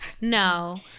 No